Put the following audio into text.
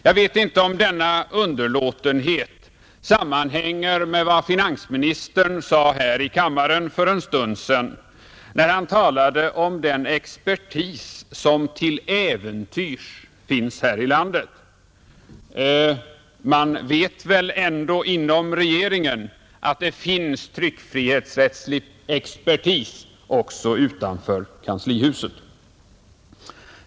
Jag vet inte om denna underlåtenhet sammanhänger med vad finansministern sade här i kammaren för en stund sedan, när han talade om den expertis som ”till äventyrs” finns här i landet. Man känner väl ändå inom regeringen till att det finns tryckfrihetsrättslig expertis också utanför kanslihuset.